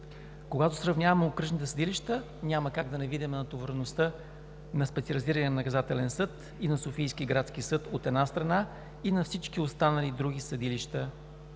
Когато сравняваме окръжните съдилища, няма как да не видим натовареността на Специализирания наказателен съд и на Софийски градски съд, от една страна, и на всички останали други съдилища